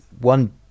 one